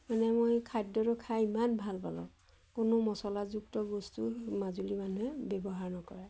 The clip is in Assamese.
মানে মই খাদ্যটো খাই ইমান ভাল পালোঁ কোনো মছলাযুক্ত বস্তু মাজুলীৰ মানুহে ব্যৱহাৰ নকৰে